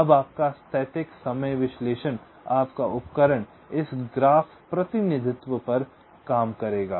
अब आपका स्थैतिक समय विश्लेषण आपका उपकरण इस ग्राफ प्रतिनिधित्व पर काम करेगा